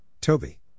toby